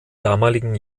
damaligen